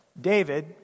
David